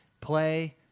Play